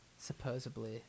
Supposedly